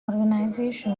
organization